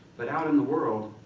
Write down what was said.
but out in the world,